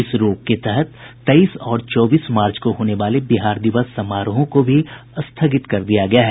इस रोक तहत तेईस और चौबीस मार्च को होने वाले बिहार दिवस समारोहों को भी स्थगित कर दिया गया है